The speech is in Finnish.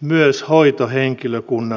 myös hoitohenkilökunnan